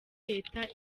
leta